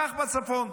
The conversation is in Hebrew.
כך בצפון.